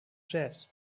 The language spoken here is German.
jazz